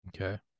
Okay